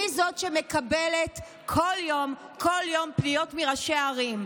אני זאת שמקבלת כל יום פניות מראשי ערים.